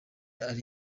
ari